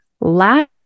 last